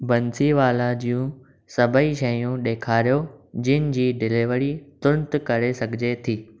बंसीवाला जूं सभेई शयूं ॾेखारियो जिनि जी डिलीवरी तुरत करे सघिजे थी